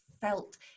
felt